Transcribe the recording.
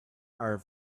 are